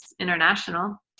international